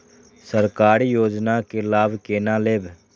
सरकारी योजना के लाभ केना लेब?